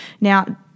Now